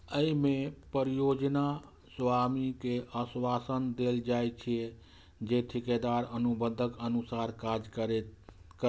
अय मे परियोजना स्वामी कें आश्वासन देल जाइ छै, जे ठेकेदार अनुबंधक अनुसार काज करतै